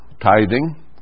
tithing